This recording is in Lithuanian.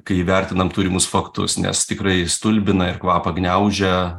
kai įvertinam turimus faktus nes tikrai stulbina ir kvapą gniaužia